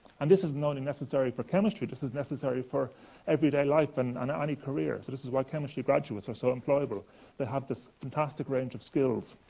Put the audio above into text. and this is not only and necessary for chemistry, this is necessary for everyday life and and any career. so, this is why chemistry graduates are so employable they have this fantastic range of skills.